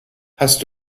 hast